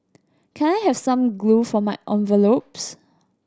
can I have some glue for my envelopes